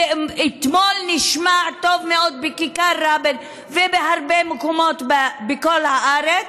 ואתמול נשמע טוב מאוד בכיכר רבין ובהרבה מקומות בכל הארץ,